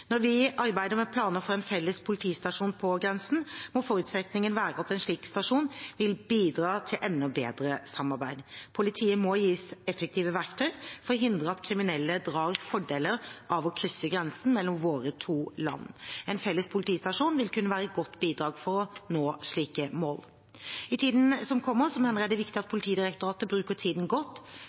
Når vi arbeider med planer for en felles politistasjon på grensen, må forutsetningen være at en slik stasjon vil bidra til enda bedre samarbeid. Politiet må gis effektive verktøy for å hindre at kriminelle drar fordeler av å krysse grensen mellom våre to land. En felles politistasjon vil kunne være et godt bidrag for å nå slike mål. I tiden som kommer, mener jeg det er viktig at Politidirektoratet bruker tiden godt